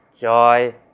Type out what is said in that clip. joy